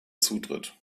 zutritt